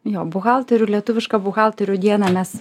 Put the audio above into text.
jo buhalterių lietuvišką buhalterių dieną mes